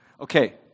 Okay